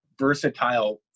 versatile